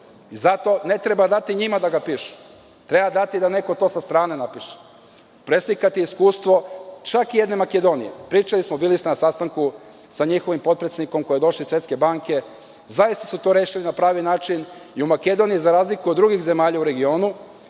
Zato ne treba dati njima da ga pišu, treba dati da to neko sa strane napiše. Preslikati iskustvo čak i jedne Makedonije. Pričali smo, bili ste na sastanku sa njihovim potpredsednikom koji je došao iz Svetske banke, zaista su to rešili na pravi način i u Makedoniji za razliku od drugih zemalja u regionu,